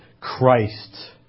Christ